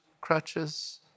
crutches